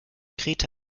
kreta